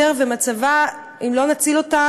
את השטחים בלי לספח את התושבים ובלי לתת לתושבים זכויות אזרחיות